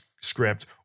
script